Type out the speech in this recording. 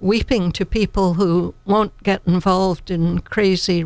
weeping to people who won't get involved in crazy